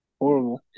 Horrible